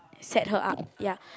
set her up ya